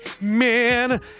man